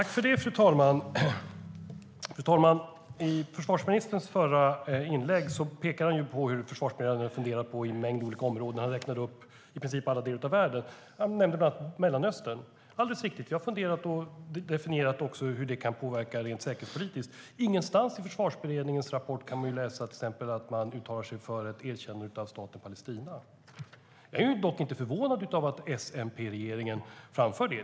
Fru talman! I försvarsministerns förra inlägg pekade han på hur Försvarsberedningen funderat på en mängd olika områden. Han räknade upp i princip alla delar av världen och nämnde bland annat Mellanöstern. Det är alldeles riktigt. Vi har funderat och definierat hur det kan påverka rent säkerhetspolitiskt. Men ingenstans i Försvarsberedningens rapport kan vi läsa att man uttalar sig för ett erkännande av staten Palestina.Jag är dock inte förvånad över att S och MP-regeringen framför detta.